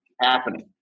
happening